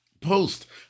Post